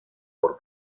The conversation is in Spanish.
por